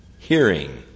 Hearing